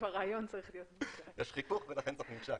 הרעיון צריך להיות ממשק -- יש חיכוך ולכן צריך ממשק.